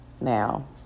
Now